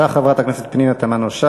תודה, חברת הכנסת פנינה תמנו-שטה.